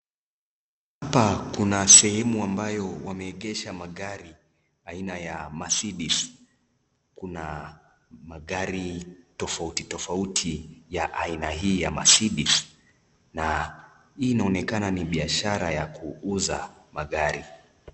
Hapa kuna sehemu ambayo wameegesha magari aina ya (cs)Mercedes(cs). Kuna magari tofauti tofauti ya aina hii ya (cs)Mercedes(cs) na hii inaonekana ni biashara ya kuuza magari.